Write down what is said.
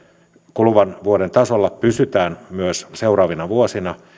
kuluvan vuoden tasolla pysytään myös seuraavina vuosina